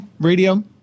Radio